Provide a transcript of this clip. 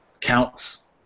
counts